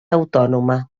autònoma